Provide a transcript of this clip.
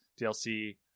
dlc